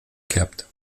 kept